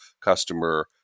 customer